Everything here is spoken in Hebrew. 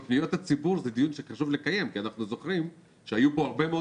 בפניות הציבור זה דיון שחשוב לקיים כי אנחנו זוכרים שהיו פה הרבה מאוד